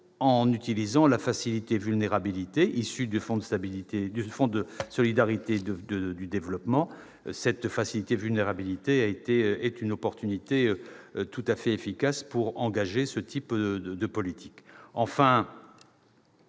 en utilisant la « facilité vulnérabilité » issue du Fonds de solidarité pour le développement. Cette " facilité vulnérabilité " est un outil tout à fait efficace pour engager ce type de politiques.